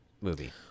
movie